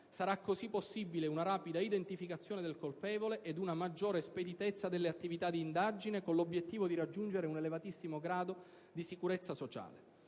Sarà così possibile una rapida identificazione del colpevole ed una maggiore speditezza delle attività d'indagine, con l'obiettivo di raggiungere un elevatissimo grado di sicurezza sociale.